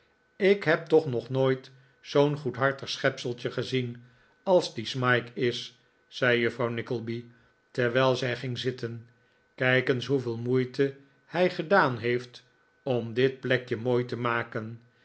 ik heb toch nog nooit zoo'n goedhartig schepsel gezien als die smike is zei juffrouw nickleby terwijl zij ging zitten kijk eens hoeveel moeite hij gedaan heeft om dit plekje mooi te maken